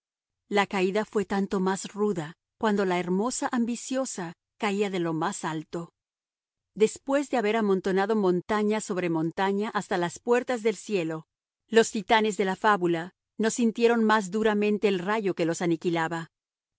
la caída fue tanto más ruda cuanto que la hermosa ambiciosa caía de lo más alto después de haber amontonado montaña sobre montaña hasta las puertas del cielo los titanes de la fábula no sintieron más duramente el rayo que los aniquilaba